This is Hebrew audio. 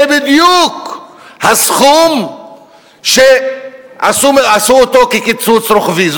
זה בדיוק הסכום שעשו אותו כקיצוץ רוחבי.